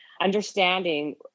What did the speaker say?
Understanding